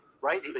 right